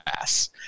ass